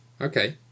Okay